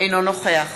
אינו נוכח